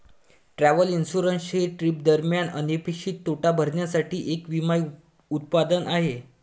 travel insurance हे trip दरम्यान अनपेक्षित तोटा भरण्यासाठी एक विमा उत्पादन आहे